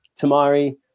tamari